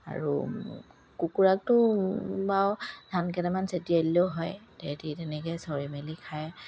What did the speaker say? আৰু কুকুৰাকটো বাৰু ধান কেইটামান চটিয়াই দিলেও হয় তেতি তেনেকে চৰি মেলি খায়